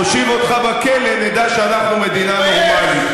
ותלכו קיבינימט,